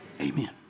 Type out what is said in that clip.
Amen